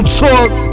talk